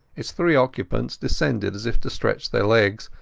its three occupants descended as if to stretch their legs,